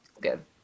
Good